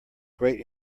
great